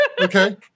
Okay